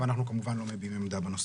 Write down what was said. ואנחנו כמובן לא מביעים עמדה בנושא.